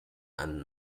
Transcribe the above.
and